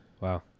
Wow